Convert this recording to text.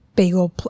Bagel